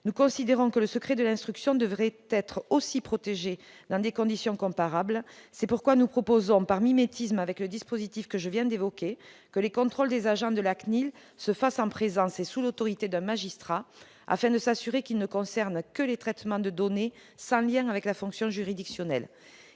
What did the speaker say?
Nous considérons que le secret de l'instruction devrait également être protégé dans des conditions comparables. C'est pourquoi nous proposons, par mimétisme avec le dispositif que je viens d'évoquer, que les contrôles des agents de la CNIL se fassent en présence et sous l'autorité d'un magistrat. Cela permettrait de s'assurer que ces contrôles ne concernent que le traitement des données, sans lien avec la fonction juridictionnelle.